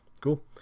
cool